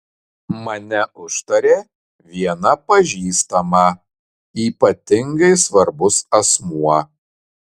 mane užtarė viena pažįstama ypatingai svarbus asmuo